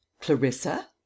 Clarissa